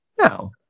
No